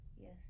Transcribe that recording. Yes